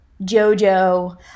JoJo